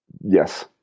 Yes